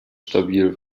stabil